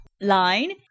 line